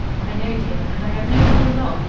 i know, dear, and i have known all along.